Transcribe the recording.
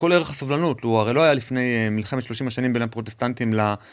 כל ערך הסובלנות, הוא הרי לא היה לפני מלחמת 30 השנים בין פרוטסטנטים ל...